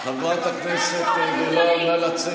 חברת הכנסת גולן, נא לצאת.